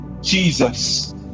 Jesus